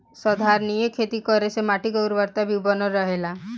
संधारनीय खेती करे से माटी के उर्वरकता भी बनल रहेला